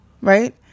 right